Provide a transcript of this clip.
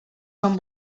són